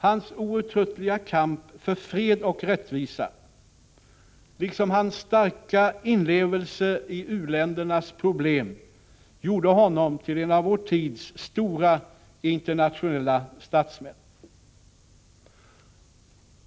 Hans outtröttliga kamp för fred och rättvisa, liksom hans starka inlevelse i u-ländernas problem, gjorde honom till en av vår tids stora internationella statsmän.